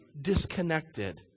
disconnected